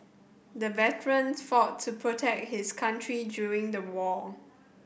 the veteran fought to protect his country during the war